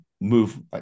move